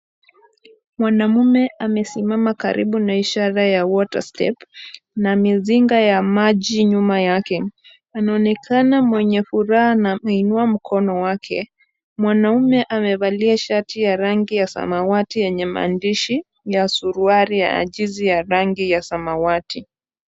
Mwanamume amesimama karibu na ishara ya Water Step na mizinga ya maji nyuma yake, anaonekana mwenye furaha na ameuinua mkono wake , mwanamume amevalia sharti ya rangi ya samawati yenye maandishi ya suruali ya ajizi ya rangi ya samawati